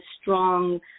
strong